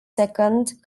second